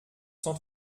cent